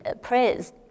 prayers